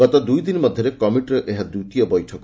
ଗତ ଦୁଇଦିନ ମଧ୍ୟରେ କମିଟିର ଏହା ଦ୍ୱିତୀୟ ବୈଠକ